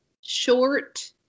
short